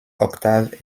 octaves